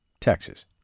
Texas